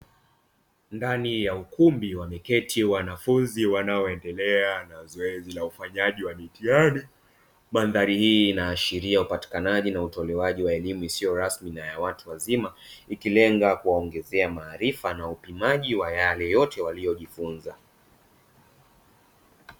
Ndani ya ukumbi wameketi wanafunzi wanaoendelea na zoezi la ufanyaji wa mitihani, mandhari hii inaashiria upatikanaji na utolewaji wa elimu isiyo rasmi na ya watu wazima, ikilenga kuwaongezea maarifa na upimaji wa yale yote waliojifunza.